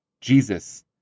Jesus